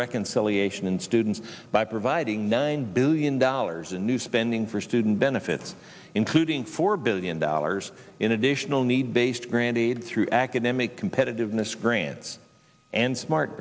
reconciliation in students by providing nine billion dollars in new spending for student benefits including four billion dollars in additional need based grant aid through academic competitiveness grants and smart